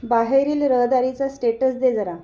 बाहेरील रहदारीचं स्टेटस दे जरा